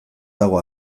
dago